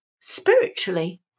spiritually